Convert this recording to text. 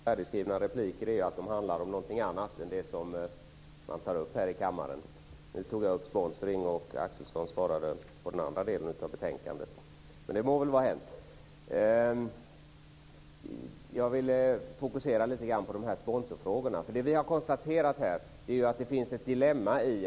Fru talman! Risken med färdigskrivna repliker är att de handlar om någonting annat än det som man tar upp här i kammaren. Nu tog jag upp sponsring och Axelsson svarade på det som handlar om den andra delen av betänkandet. Men det må väl vara hänt. Jag ville fokusera lite grann på sponsorfrågorna, för det som vi har konstaterat är att det här finns ett dilemma.